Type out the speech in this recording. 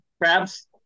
crabs